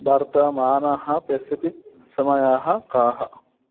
वर्तमानः पेसिपिक् समयाः काः